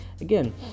again